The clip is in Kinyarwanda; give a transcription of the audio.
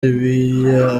biya